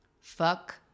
fuck